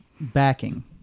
backing